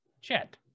chat